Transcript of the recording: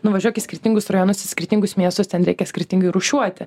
nuvažiuok į skirtingus rajonus į skirtingus miestus ten reikia skirtingai rūšiuoti